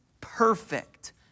perfect